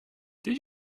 did